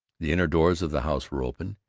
the inner doors of the house were open.